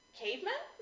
cavemen